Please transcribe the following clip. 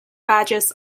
badges